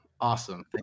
Awesome